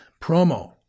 promo